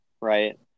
right